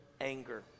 anger